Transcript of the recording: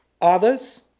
others